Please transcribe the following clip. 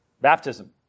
baptism